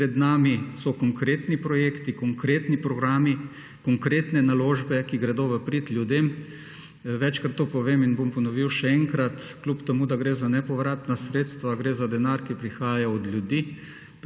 Pred nami so konkretni projekti, konkretni programi, konkretne naložbe, ki gredo v prid ljudem. Večkrat to povem in bom ponovil še enkrat, kljub temu, da gre za nepovratna sredstva, gre za denar, ki prihaja od ljudi